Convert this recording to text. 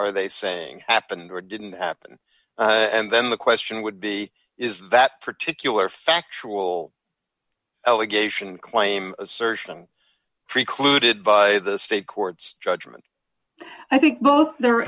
are they saying happened or didn't happen and then the question would be is that particular factual allegation claim assertion precluded by the state courts judgment i think both the